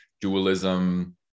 dualism